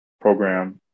program